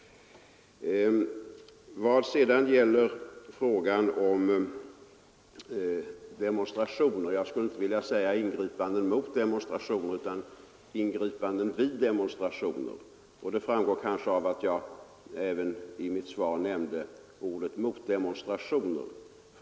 Vad sedan gäller frågan om demonstrationer skulle jag inte vilja tala om ingripanden mot demonstrationer utan om ingripanden vid demonstrationer, och det framgår kanske av att jag i mitt svar också använde ordet motdemonstrationer.